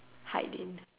hide in